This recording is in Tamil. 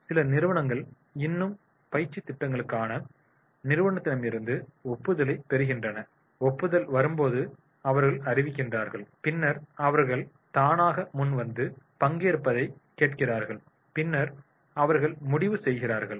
சில நிறுவனங்கள் இன்னும் பயிற்சித் திட்டங்களுக்கான நிறுவனத்திடமிருந்து ஒப்புதலைப் பெறுகின்றன ஒப்புதல் வரும்போது அவர்கள் அறிவிக்கிறார்கள் பின்னர் அவர்கள் தானாக முன்வந்து பங்கேற்பதைக் கேட்கிறார்கள் பின்னர் அவர்கள் முடிவு செய்கிறார்கள்